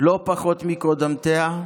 לא פחות מקודמותיה,